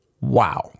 Wow